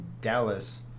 Dallas